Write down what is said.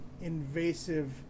invasive